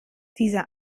dieser